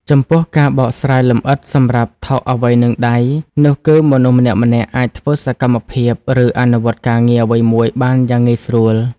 ចំពោះ ការបកស្រាយលម្អិតសម្រាប់ "ថោកអ្វីនឹងដៃ" នោះគឺ មនុស្សម្នាក់ៗអាចធ្វើសកម្មភាព ឬអនុវត្តការងារអ្វីមួយបានយ៉ាងងាយស្រួល។